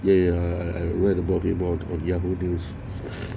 ya ya I I read about him lor on yahoo news